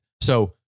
so-